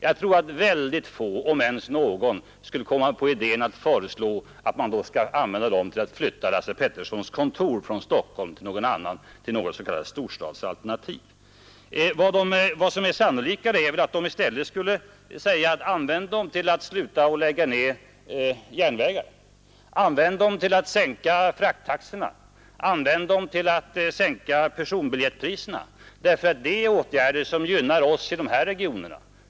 Jag tror att väldigt få, om ens någon, skulle komma på idén att föreslå att man skall använda dem till att flytta Lasse Petersons kontor från Stockholm till något s.k. storstadsalternativ. Sannolikare är väl att de i stället skulle säga: Sluta lägga ned järnvägar! Använd pengarna till att sänka frakttaxorna! Använd dem till att sänka personbiljettpriserna! Det är åtgärder som gynnar oss i de här regionerna.